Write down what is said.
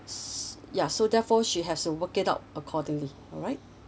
s~ ya so therefore she has to work it out accordingly alright